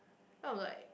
then I'll like